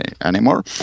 anymore